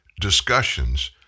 discussions